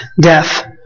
death